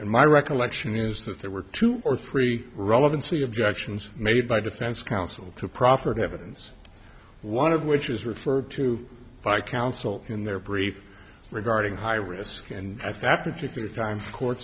and my recollection is that there were two or three relevancy objections made by defense counsel to proffered evidence one of which is referred to by counsel in their brief regarding high risk and at that particular time co